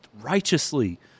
righteously